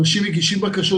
אנשים מגישים בקשות,